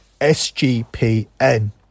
SGPN